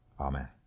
Amen